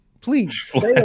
please